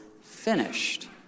finished